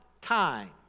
time